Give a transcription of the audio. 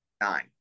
Nine